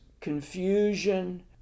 confusion